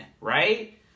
right